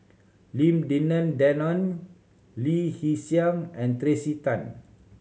Lim Denan Denon Lee Hee Seng and Tracey Tan